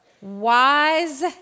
wise